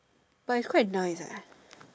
but is quite nice eh